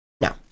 No